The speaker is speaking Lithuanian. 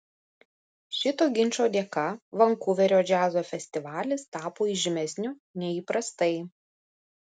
šito ginčo dėka vankuverio džiazo festivalis tapo įžymesniu nei įprastai